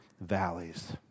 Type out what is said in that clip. valleys